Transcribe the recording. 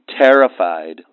terrified